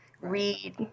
read